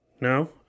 No